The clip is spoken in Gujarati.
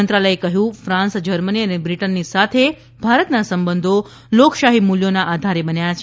મંત્રાલચે કહ્યું કે ફ્રાંસ જર્મની અને બ્રિટનની સાથે ભારતના સંબંધો લોકશાહી મૂલ્યોના આધારે બન્યા છે